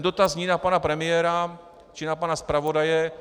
Dotaz zní na pana premiéra či na pana zpravodaje.